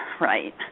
right